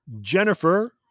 Jennifer